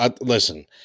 listen